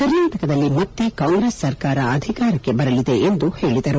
ಕರ್ನಾಟಕದಲ್ಲಿ ಮತ್ತೆ ಕಾಂಗ್ರೆಸ್ ಸರ್ಕಾರ ಅಧಿಕಾರಕ್ಕೆ ಬರಲಿದೆ ಎಂದು ಹೇಳಿದರು